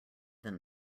than